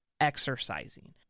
exercising